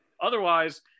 Otherwise